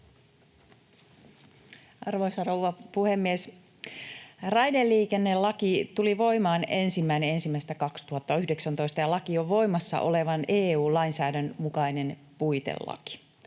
Arvoisa rouva puhemies! Raideliikennelaki tuli voimaan 1.1.2019, ja laki on voimassa olevan EU-lainsäädännön mukainen puitelaki.